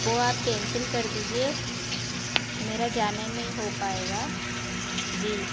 वो आप केंसिल कर दीजिए मेरा जाना नहीं हो पाएगा जी